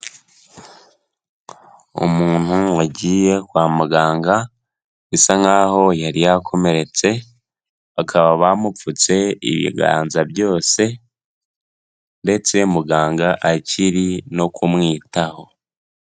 Umuntu wagiye kwa muganga, bisa nk'aho yari yakomeretse, bakaba bamupfutse ibiganza byose ndetse muganga akiri no kumwitaho.